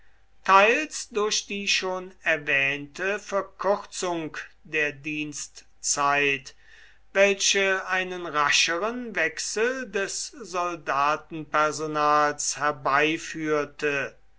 teils durch die schon erwähnte verkürzung der dienstzeit welche einen rascheren wechsel des soldatenpersonals herbeiführte